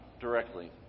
directly